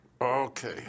Okay